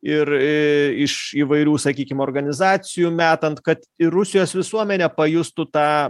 ir iš įvairių sakykim organizacijų metant kad ir rusijos visuomenė pajustų tą